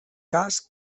cas